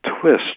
twist